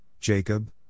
Jacob